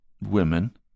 women